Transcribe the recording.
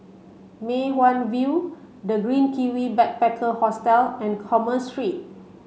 Mei Hwan View The Green Kiwi Backpacker Hostel and Commerce Street